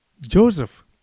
Joseph